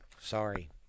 Sorry